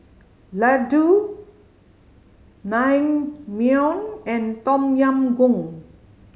Ladoo Naengmyeon and Tom Yam Goong